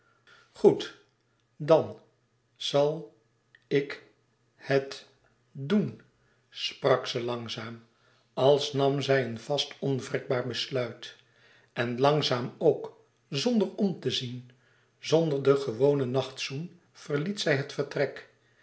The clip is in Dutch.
goed dan zal ik het doen sprak ze langzaam als nam zij een vast onwrikbaar besluit en langzaam ook zonder om te zien zonder den gewonen nachtzoen verliet zij het vertrek